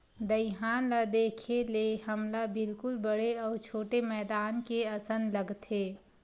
दईहान ल देखे ले हमला बिल्कुल बड़े अउ छोटे मैदान के असन लगथे